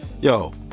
Yo